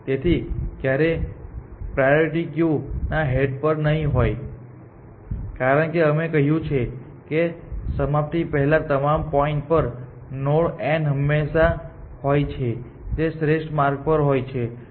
તેથી તે ક્યારેય પ્રીયોરીટી ક્યુ ના હેડ પર નહીં હોય કારણ કે અમે કહ્યું છે કે સમાપ્તિ પહેલાં તમામ પોઇન્ટ પર નોડ n હંમેશાં હોય છે જે શ્રેષ્ઠ માર્ગ પર હોય છે અને જે ઓપન છે